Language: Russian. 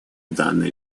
данной